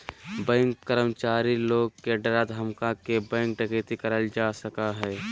bank कर्मचारी लोग के डरा धमका के बैंक डकैती करल जा सका हय